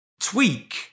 tweak